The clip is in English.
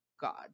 God